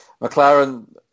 mclaren